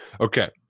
Okay